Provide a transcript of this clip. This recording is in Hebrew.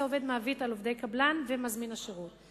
עובד-מעביד על עובדי קבלן ומזמין השירות.